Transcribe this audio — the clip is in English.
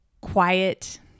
quiet